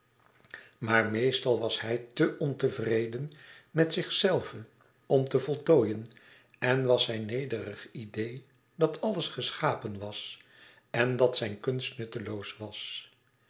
maar meestal was hij te ontevreden met zichzelven om te voltooien en was zijn nederig idee dat alles geschapen was en dat zijn kunst nutteloos was